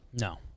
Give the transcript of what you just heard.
No